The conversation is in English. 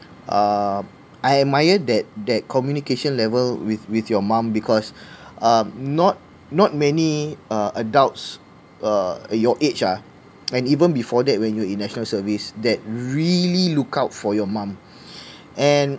uh I admire that that communication level with with your mum because um not not many uh adults uh your age ah and even before that when you were in national service that really look out for your mum and